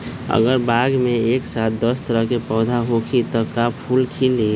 अगर बाग मे एक साथ दस तरह के पौधा होखि त का फुल खिली?